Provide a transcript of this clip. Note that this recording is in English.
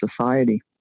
society